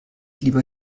lieber